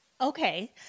okay